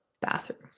bathroom